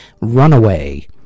Runaway